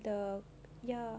uh ya